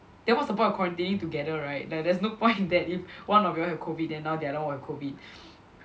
then what's the point of quarantining together right like there's no point in that if one of y'all have COVID then now the other one have COVID